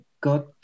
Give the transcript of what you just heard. got